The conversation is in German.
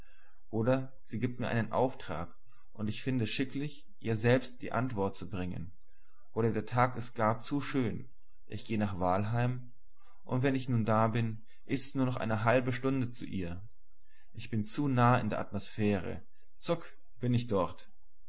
oder sie gibt mir einen auftrag und ich finde schicklich ihr selbst die antwort zu bringen oder der tag ist gar zu schön ich gehe nach wahlheim und wenn ich nun da bin ist's nur noch eine halbe stunde zu ihr ich bin zu nah in der atmosphäre zuck so bin ich dort